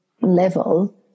level